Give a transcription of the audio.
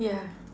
yeah